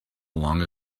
along